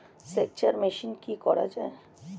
সেকচার মেশিন কি করা হয়?